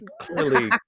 clearly